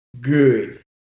Good